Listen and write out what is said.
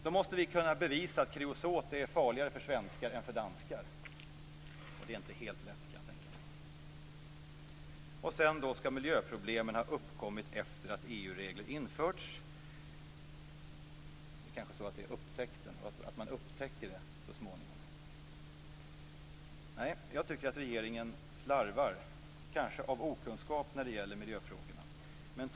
Då måste vi kunna bevisa att kreosot är farligare för svenskar än för danskar. Jag kan tänka mig att det inte är helt lätt. Vidare skall miljöproblemen ha uppkommit efter det att EU-reglerna införts men det är kanske så att man så småningom upptäcker detta. Nej, jag tycker att regeringen slarvar - kanske av okunskap när det gäller miljöfrågorna.